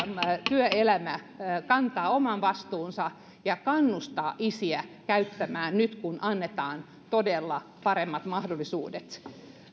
työelämä kantavat oman vastuunsa ja kannustavat isiä käyttämään nyt kun annetaan todella paremmat mahdollisuudet